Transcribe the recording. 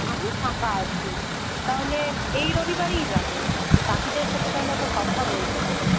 আমি ফাঁকা আছি তাহলে এই রবিবারেই যাবো বাকিদের সাথে তাহলে আবার কথা বলতে হবে